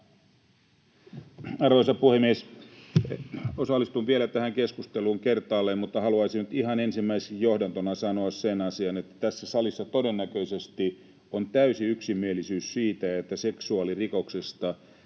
Arvoisa puhemies! Osallistun tähän keskusteluun vielä kertaalleen, mutta haluaisin nyt ihan ensimmäiseksi johdantona sanoa sen asian, että tässä salissa todennäköisesti on täysi yksimielisyys siitä, että seksuaalirikokseen